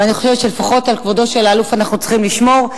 ואני חושבת שלפחות על כבודו של האלוף אנחנו צריכים לשמור.